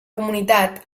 comunitat